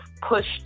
pushed